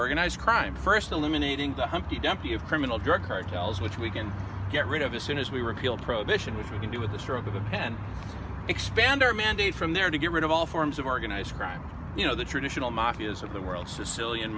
organized crime first eliminating the humpty dumpty of criminal drug cartels which we can get rid of a soon as we repealed prohibition which we can do with the stroke of a and expand our mandate from there to get rid of all forms of organized crime you know the traditional mafias of the world sicilian